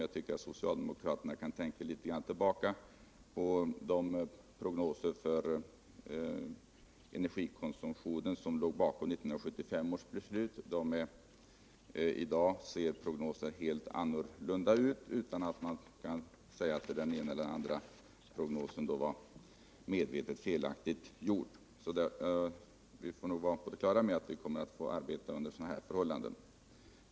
Jag tycker att socialdemo Energisparplan kraterna skall tänka på de prognoser för energikonsumtionen som låg bakom för befintlig bebyg 1975 års beslut. Samma prognoser ser ju helt annorlunda ut i dag, utan att gelse, m.m. man för den skull kan säga att de tidigare prognoserna var mer eller mindre felaktigt gjorda. Man måste vara på det klara med att vi alltid kommer att få arbeta under sådana förhållanden.